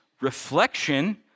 reflection